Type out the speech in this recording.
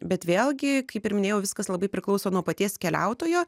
bet vėlgi kaip ir minėjau viskas labai priklauso nuo paties keliautojo